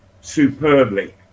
Superbly